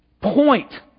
point